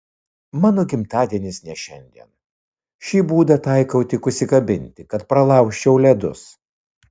mano gimtadienis ne šiandien šį būdą taikau tik užsikabinti kad pralaužčiau ledus